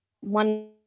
one